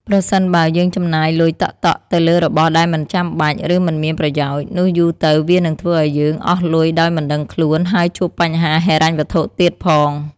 ប្រសិនបើ យើងចំណាយលុយតក់ៗទៅលើរបស់ដែលមិនចាំបាច់ ឬមិនមានប្រយោជន៍ នោះយូរទៅវានឹងធ្វើឱ្យយើងអស់លុយដោយមិនដឹងខ្លួន ហើយជួបបញ្ហាហិរញ្ញវត្ថុទៀតផង។